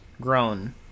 grown